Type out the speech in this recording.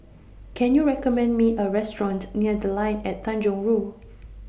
Can YOU recommend Me A Restaurant near The Line At Tanjong Rhu